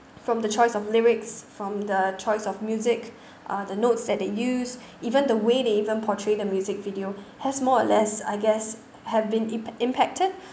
from the choice of lyrics from the choice of music uh the notes that they use even the way they even portray the music video has more or less I guess have been imp~ impacted